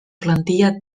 plantilla